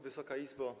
Wysoka Izbo!